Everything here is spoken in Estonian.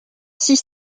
siis